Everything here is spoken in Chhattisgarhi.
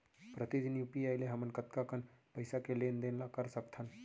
प्रतिदन यू.पी.आई ले हमन कतका कन पइसा के लेन देन ल कर सकथन?